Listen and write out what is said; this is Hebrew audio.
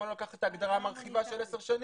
לא לקחת את ההגדרה המרחיבה של עשר שנים?